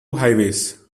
highways